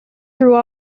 through